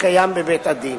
שקיים בבית-הדין.